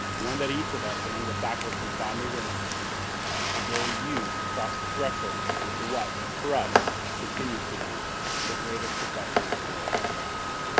one that each of us among the faculty fondly remembers the day you crossed the threshold into what for us continues to be the greatest profession that the world has to offer.